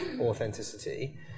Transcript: authenticity